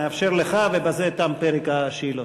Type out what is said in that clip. נאפשר לך ובזה תם פרק השאלות.